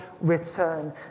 return